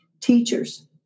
teachers